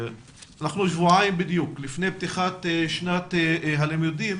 אנחנו שבועיים בדיוק לפני פתיחת שנת הלימודים